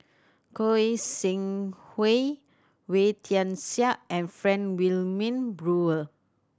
Goi Seng Hui Wee Tian Siak and Frank Wilmin Brewer